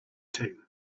two